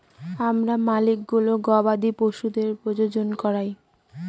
তাদের মালিকগুলো গবাদি পশুদের প্রজনন করায়